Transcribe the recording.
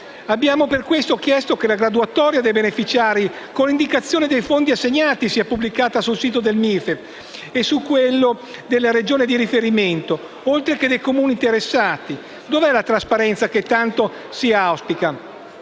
Abbiamo per questo chiesto che la graduatoria dei beneficiari, con l'indicazione dei fondi assegnati, sia pubblicata sul sito del MIPAAF, su quello della Regione di riferimento, oltre che dei Comuni interessati. Dov'è la trasparenza che tanto si auspica?